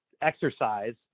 exercise